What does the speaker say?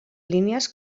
línies